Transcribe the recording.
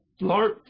Lord